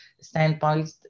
standpoint